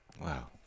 Wow